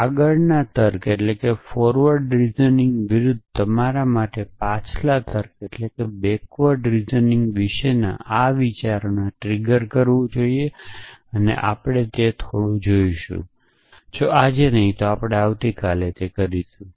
આગળના તર્ક વિરુદ્ધ તમારા માટેના પાછલા તર્ક વિશેના આ વિચારોને ટ્રિગર કરવું જોઈએ અને આપણે તે થોડુંક જોશું જો આજે નહીં તો આપણે આવતી કાલે કરીશું